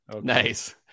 Nice